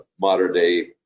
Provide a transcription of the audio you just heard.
modern-day